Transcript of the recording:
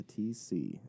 TC